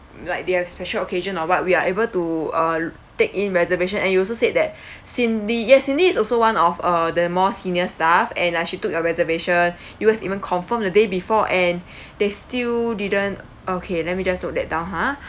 like they have special occasion or what we are able to uh take in reservation and you also said that cindy yes cindy is also one of uh the more senior staff and like she took your reservation it was even confirm the day before and they still didn't okay let me just note that down ah